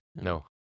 No